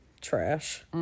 Trash